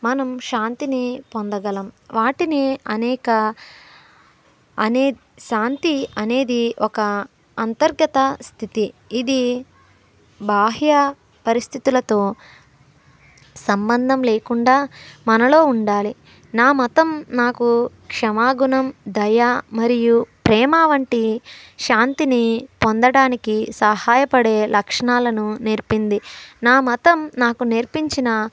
మనం శాంతిని పొందగలం వాటిని అనేక అనే శాంతి అనేది ఒక అంతర్గత స్థితి ఇది బాహ్య పరిస్థితులతో సంబంధం లేకుండా మనలో ఉండాలి నా మతం నాకు క్షమాగుణం దయ మరియు ప్రేమా వంటి శాంతిని పొందడానికి సహాయపడే లక్షణాలను నేర్పింది నా మతం నాకు నేర్పించిన